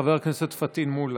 חבר הכנסת פטין מולא.